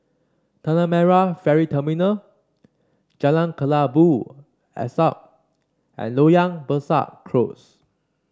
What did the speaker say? Tanah Merah Ferry Terminal Jalan Kelabu Asap and Loyang Besar Close